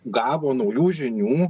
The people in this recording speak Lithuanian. gavo naujų žinių